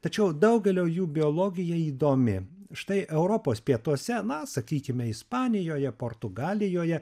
tačiau daugelio jų biologija įdomi štai europos pietuose na sakykime ispanijoje portugalijoje